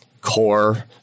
core